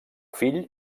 fill